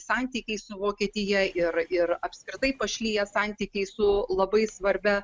santykiai su vokietija ir ir apskritai pašliję santykiai su labai svarbia